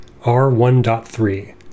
R1.3